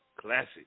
Classic